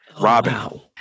Robin